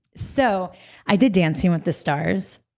so i did dancing with the stars.